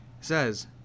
says